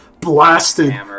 blasted